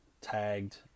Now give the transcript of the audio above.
tagged